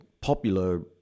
popular